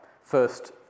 first